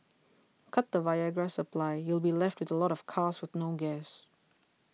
cut the Viagra supply you'll be left with a lot of cars with no gas